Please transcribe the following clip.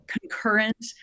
concurrent